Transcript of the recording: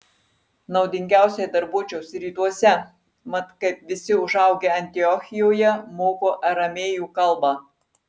naudingiausiai darbuočiausi rytuose mat kaip visi užaugę antiochijoje moku aramėjų kalbą